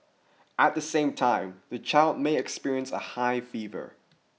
at the same time the child may experience a high fever